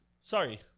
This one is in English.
sorry